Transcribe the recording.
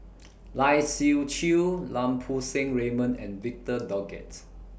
Lai Siu Chiu Lau Poo Seng Raymond and Victor Doggett